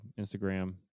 Instagram